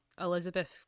Elizabeth